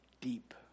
Deep